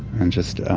and just